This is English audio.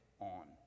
on